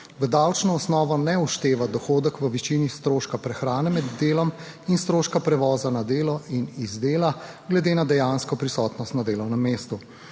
v davčno osnovo ne všteva dohodek v višini stroška prehrane med delom in stroška prevoza na delo in iz dela, glede na dejansko prisotnost na delovnem mestu.